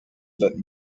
that